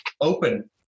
open